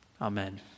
Amen